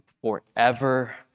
forever